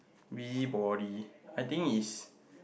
busybody I think is